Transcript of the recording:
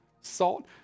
salt